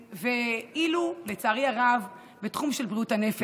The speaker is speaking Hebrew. ואילו לצערי הרב בתחום של בריאות הנפש,